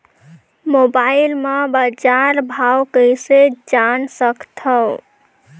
Mobile म बजार भाव कइसे जान सकथव?